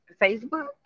facebook